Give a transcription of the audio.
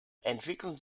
entwickeln